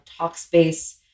Talkspace